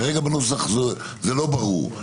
כרגע בנוסח זה לא ברור.